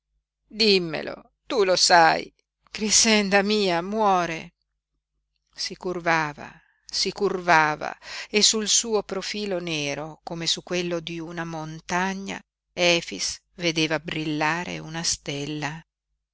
dimmelo tu lo sai grixenda mia muore si curvava si curvava e sul suo profilo nero come su quello di una montagna efix vedeva brillare una stella